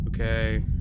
okay